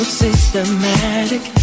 systematic